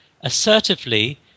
assertively